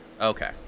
Okay